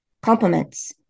compliments